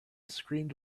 screamed